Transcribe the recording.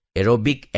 Aerobic